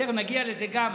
תכף נגיע לזה גם.